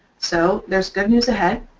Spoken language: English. so there's good news ahead.